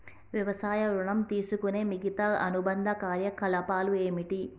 వ్యవసాయ ఋణం తీసుకునే మిగితా అనుబంధ కార్యకలాపాలు ఏమిటి?